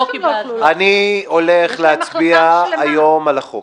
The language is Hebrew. --- אני הולך להצביע היום על החוק,